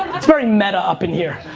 it's very meta up in here.